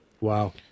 Wow